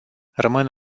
rămân